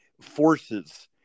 forces